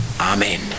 Amen